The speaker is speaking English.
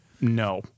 no